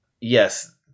Yes